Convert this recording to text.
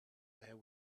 there